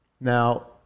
Now